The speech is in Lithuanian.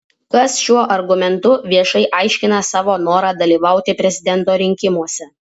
kas šiuo argumentu viešai aiškina savo norą dalyvauti prezidento rinkimuose